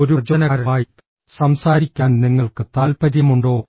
ഒരു പ്രചോദനക്കാരനുമായി സംസാരിക്കാൻ നിങ്ങൾക്ക് താൽപ്പര്യമുണ്ടോ